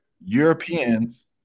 Europeans